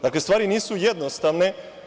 Dakle, stvari nisu jednostavne.